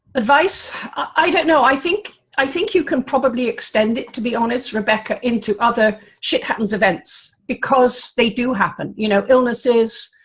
advice i don't know, i think, i think you can probably extend it to be honest, rebecca, into other shit happens events, because they do happen, you know, illnesses,